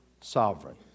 sovereign